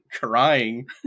crying